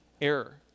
error